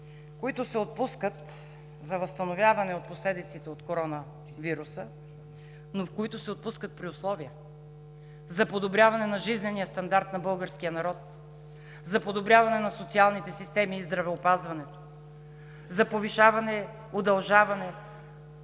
които се отпускат за възстановяване от последиците от коронавируса, но които се отпускат при условия: за подобряване на жизнения стандарт на българския народ; за подобряване на социалните системи и здравеопазването; за повишаване, удължаване